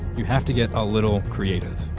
you have to get a little creative.